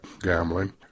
gambling